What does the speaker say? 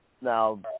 now